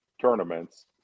tournaments